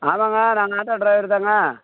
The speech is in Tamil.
ஆமாங்க நான் ஆட்டோ ட்ரைவர் தாங்க